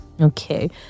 Okay